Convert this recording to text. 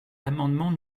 l’amendement